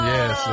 Yes